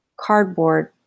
cardboard